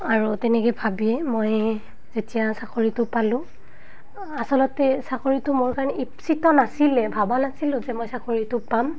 আৰু তেনেকেই ভাবিয়েই মই যেতিয়া চাকৰিটো পালোঁ আচলতে চাকৰিটো মোৰ কাৰণে নাছিলে ভবা নাছিলোঁ যে মই চাকৰিটো পাম